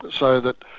so that,